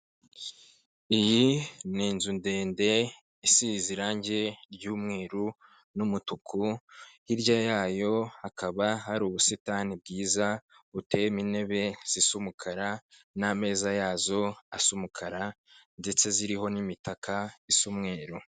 Iyi ni inzu ndende isize irangi ry'umweru n'umutuku, hirya yayo hakaba hari ubusitani bwiza buteyemo intebe zisa umukara n'ameza yazo asa umukara ndetse ziriho n'imitaka isa umweru.